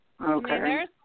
Okay